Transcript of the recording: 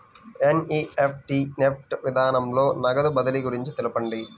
NEFT NEFT విధానంలో నగదు బదిలీ గురించి తెలుపండి?